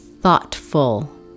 thoughtful